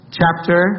chapter